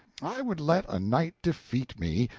i would let a knight defeat me,